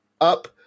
up